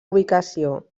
ubicació